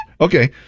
Okay